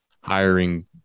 hiring